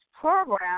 program